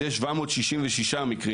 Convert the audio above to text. יש 766 מקרים